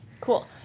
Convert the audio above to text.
Cool